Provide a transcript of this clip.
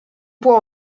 può